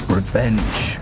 revenge